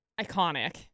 iconic